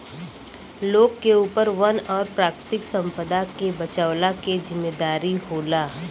लोग के ऊपर वन और प्राकृतिक संपदा के बचवला के जिम्मेदारी होला